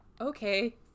Okay